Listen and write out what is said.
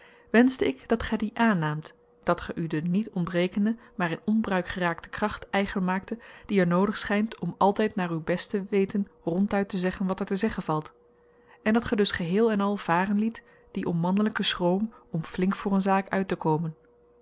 wenschte ik dat ge die aannaamt dat gy u de niet ontbrekende maar in onbruik geraakte kracht eigen maakte die er noodig schynt om altyd naar uw beste weten ronduit te zeggen wat er te zeggen valt en dat ge dus geheel-en-al varen liet dien onmannelyken schroom om flink voor een zaak uittekomen